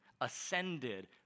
ascended